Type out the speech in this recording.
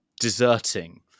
deserting